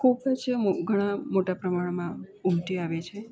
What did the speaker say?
ખૂબ જ ઘણાં મોટા પ્રમાણમાં ઉમટી આવે છે